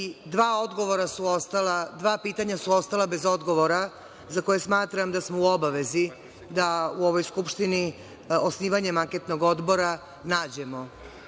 Dva pitanja su ostala bez odgovora, za koja smatram da smo u obavezi da u ovoj Skupštini, osnivanjem anketnog odbora, nađemo